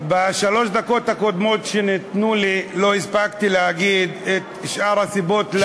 בשלוש הדקות הקודמות שניתנו לי לא הספקתי להגיד את שאר הסיבות למה,